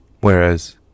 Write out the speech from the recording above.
whereas